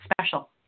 special